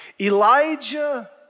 Elijah